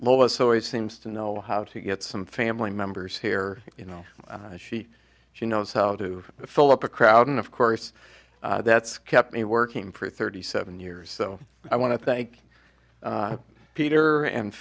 lois always seems to know how to get some family members here you know she she knows how to fill up a crowd and of course that's kept me working for thirty seven years so i want to thank peter and